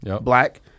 black